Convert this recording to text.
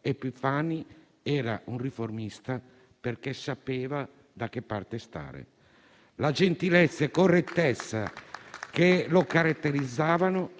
Epifani era un riformista perché sapeva da che parte stare. La gentilezza e la correttezza che lo caratterizzavano